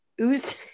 Ooze